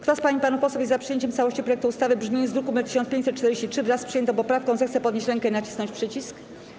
Kto z pań i panów posłów jest za przyjęciem w całości projektu ustawy w brzmieniu z druku nr 1543, wraz z przyjętą poprawką, zechce podnieść rękę i nacisnąć przycisk.